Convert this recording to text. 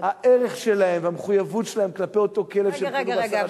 הערך שלהם והמחויבות שלהם כלפי אותו כלב שהם קנו ב-10 שקלים,